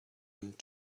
and